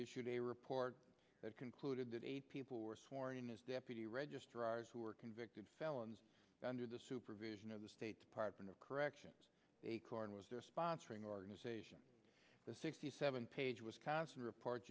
a report that concluded that eight people were sworn in as deputy registrars who were convicted felons under the supervision of the state department of corrections acorn was their sponsoring organization the sixty seven page wisconsin report